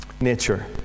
Nature